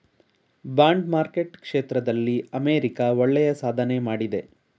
bond market ಕ್ಷೇತ್ರದಲ್ಲಿ America ಒಳ್ಳೆಯ ಸಾಧನೆ ಮಾಡಿದೆ